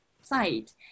site